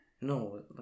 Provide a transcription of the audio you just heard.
No